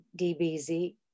DBZ